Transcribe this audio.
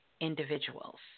individuals